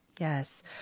Yes